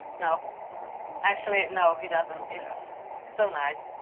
no actually no, he doesn't, it's so nice.